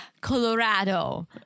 Colorado